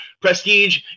Prestige